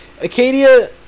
Acadia